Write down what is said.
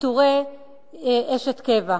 פיטורי אשת קבע.